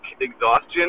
exhaustion